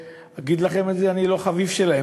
אני אגיד לכם את זה: אני לא חביב שלהם,